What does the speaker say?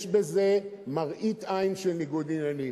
יש בזה מראית עין של ניגוד עניינים.